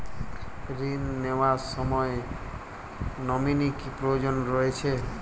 ঋণ নেওয়ার সময় নমিনি কি প্রয়োজন রয়েছে?